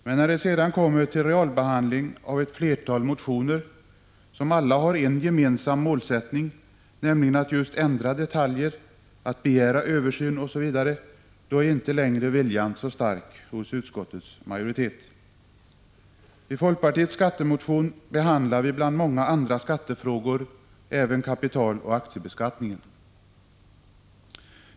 Men när det sedan kommer till realbehandling av ett flertal motioner som alla har en gemensam målsättning, nämligen att just ändra detaljer, att begära översyn osv., då är inte längre viljan så stark hos utskottets majoritet. I folkpartiets skattemotion behandlar vi bland många andra skattefrågor även kapitaloch aktiebeskattningen.